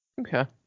Okay